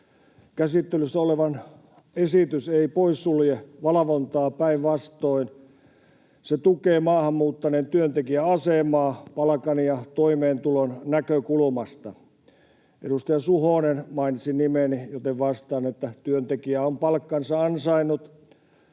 Käsittelyssä oleva esitys ei poissulje valvontaa — päinvastoin se tukee maahan muuttaneen työntekijän asemaa palkan ja toimeentulon näkökulmasta. Edustaja Suhonen mainitsi nimeni, joten vastaan, että työntekijä on palkkansa ansainnut,